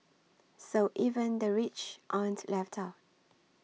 so even the rich aren't left out